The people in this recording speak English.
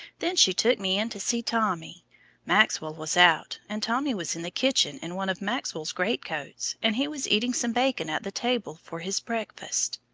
then she took me in to see tommy maxwell was out, and tommy was in the kitchen in one of maxwell's great-coats, and he was eating some bacon at the table for his breakfast.